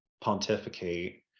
pontificate